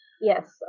Yes